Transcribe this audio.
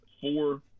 four